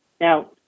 Now